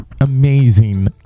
Amazing